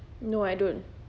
no I don't